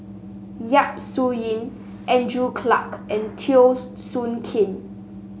Yap Su Yin Andrew Clarke and Teo Soon Kim